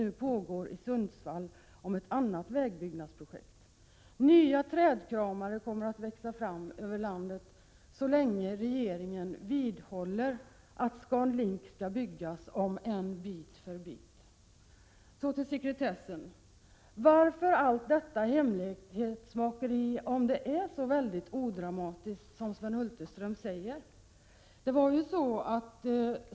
aktioner i Sundsvall mot ett annat vägbyggnadsprojekt. Nya grupper av trädkramare kommer att växa fram över landet så länge regeringen vidhåller att stora motorvägssystem skall byggas, om än bit för bit. Så till sekretessen. Varför allt detta hemlighetsmakeri, om nu saken är så odramatisk som Sven Hulterström säger?